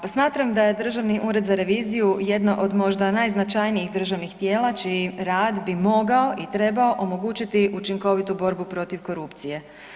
Pa smatram da je Državni ured za reviziju jedno od možda najznačajnijih državnih tijela čiji rad bi mogao i trebao omogućiti učinkovitu borbu protiv korupcije.